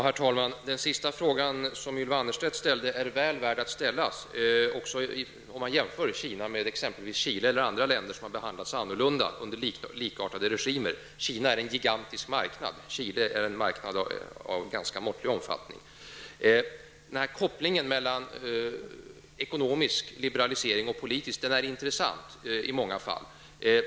Herr talman! Ylva Annerstedts sista fråga är väl värd att ställa, också om man jämför Kina med exempelvis Chile eller andra länder som behandlats annorlunda under likartade regimer. Kina är en gigantisk marknad, medan Chile är en marknad av ganska måttlig omfattning. Kopplingen mellan ekonomisk och politisk liberalisering är intressant i många fall.